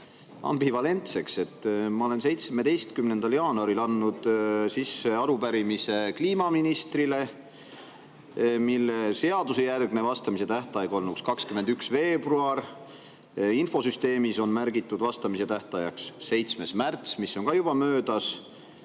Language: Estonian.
ambivalentseks. Ma olen 17. jaanuaril andnud sisse arupärimise kliimaministrile, millele vastamise tähtaeg olnuks seaduse järgi 21. veebruar. Infosüsteemis on märgitud vastamise tähtajaks 7. märts, mis on ka juba möödas.